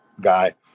guy